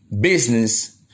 business